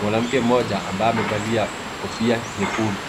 Mwanamke mmoja ambaye amevalia kofia nyekundu.